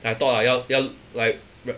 I thought like 要要 like